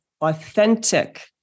authentic